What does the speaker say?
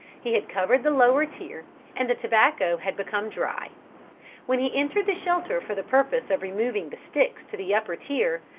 he had covered the lower tier and the tobacco had become dry when he entered the shelter for the purpose of removing the sticks to the upper tier,